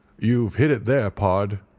you've hit it there, pard,